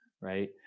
right